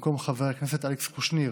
במקום חבר הכנסת אלכס קושניר